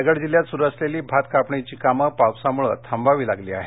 रायगड जिल्ह्यात सुरू असलेली भात कापणीची कामं पावसामुळे थांबवावी लागली आहेत